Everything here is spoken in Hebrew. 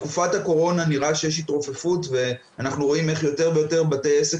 בתקופת הקורונה נראה שיש התרופפות ואנחנו רואים איך יותר ויותר בתי עסק